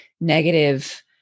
negative